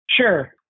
Sure